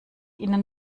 ihnen